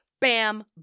Bam